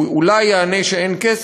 הוא אולי יענה שאין כסף,